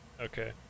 Okay